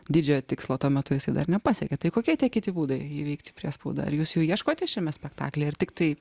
didžiojo tikslo tuo metu jisai dar nepasiekė tai kokie tie kiti būdai įveikti priespaudą ar jūs jų ieškote šiame spektaklyje ar tiktai